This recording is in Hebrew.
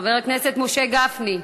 חבר הכנסת משה גפני,